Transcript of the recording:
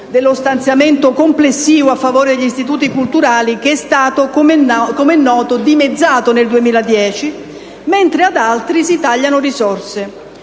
dello stanziamento complessivo a favore degli istituti culturali, che è stato, com'è noto, dimezzato nel 2010, mentre ad altri si tagliano risorse.